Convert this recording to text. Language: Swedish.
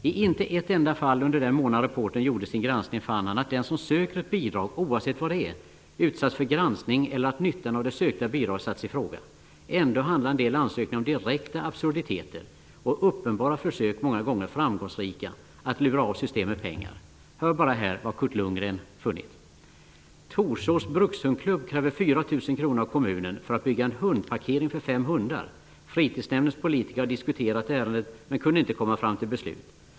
I inte ett enda fall under den månad reportern gjorde sin granskning fann han att den som söker ett bidrag, oavsett vad det är, utsatts för granskning eller att nyttan av det sökta bidraget satts i fråga. Ändå handlar en del ansökningar om direkta absurditeter och uppenbara försök, många gånger framgångsrika, att lura av systemet pengar. Hör bara här vad Kurt Lundgren funnit. Torsås brukshundklubb kräver 4 000 kr av kommunen för att bygga en hundparkering för fem hundar. Fritidsnämndens politiker har diskuterat ärendet men kunde inte komma fram till beslut.